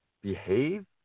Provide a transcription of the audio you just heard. behave